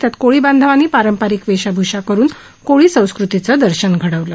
त्यात कोळी बांधवानी पारंपरिक वेषभूषा करुन कोळी संस्कृतीचं दर्शन घडवलं